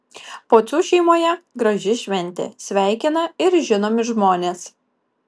pocių šeimoje graži šventė sveikina ir žinomi žmonės